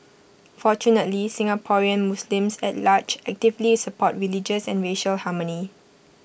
fortunately Singaporean Muslims at large actively support religious and racial harmony